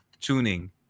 tuning